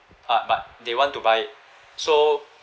uh but they want to buy it so